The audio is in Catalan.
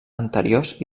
anteriors